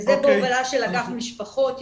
זה בהובלה של אגף משפחות,